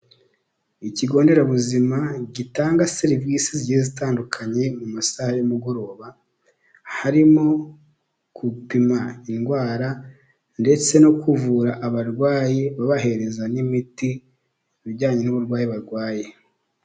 Ikigo nderabuzima gitanga serivisi zitandukanye, mu masaha y'umugoroba harimo gupima indwara ndetse no kuvura abarwayi, bahereza n'imiti bijyanye n'uburwayi barwaye.